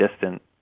distant